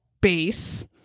base